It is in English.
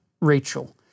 Rachel